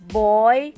boy